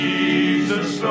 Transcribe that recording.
Jesus